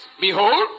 Behold